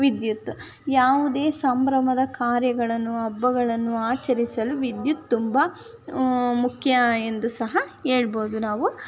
ವಿದ್ಯುತ್ ಯಾವುದೇ ಸಂಭ್ರಮದ ಕಾರ್ಯಗಳನ್ನು ಹಬ್ಬಗಳನ್ನು ಆಚರಿಸಲು ವಿದ್ಯುತ್ ತುಂಬ ಮುಖ್ಯ ಎಂದು ಸಹ ಹೇಳ್ಬೋದು ನಾವು